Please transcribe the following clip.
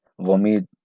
vomit